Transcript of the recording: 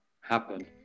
happen